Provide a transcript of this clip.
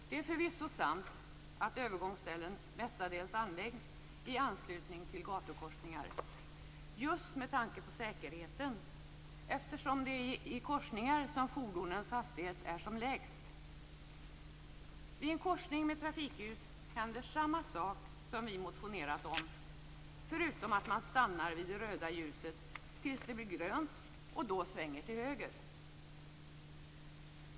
Det är förvisso sant att övergångsställen mestadels anläggs i anslutning till gatukorsningar just med tanke på säkerheten, eftersom det är i korsningar som fordonens hastighet är som lägst. Vid en korsning med trafikljus händer samma sak som vi motionerat om, förutom att man stannar vid det röda ljuset tills det blir grönt och då svänger till höger.